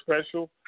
special